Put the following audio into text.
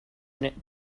unit